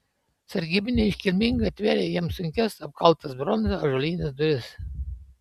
sargybiniai iškilmingai atvėrė jiems sunkias apkaltas bronza ąžuolines duris